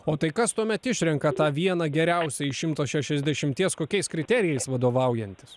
o tai kas tuomet išrenka tą vieną geriausią iš šimto šešiasdešimties kokiais kriterijais vadovaujantis